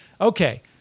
Okay